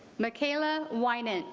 michaela winant